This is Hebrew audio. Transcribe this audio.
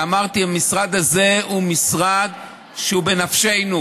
ואמרתי שהמשרד הזה הוא משרד שהוא בנפשנו,